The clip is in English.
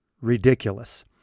ridiculous